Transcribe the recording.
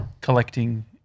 collecting